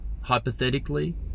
hypothetically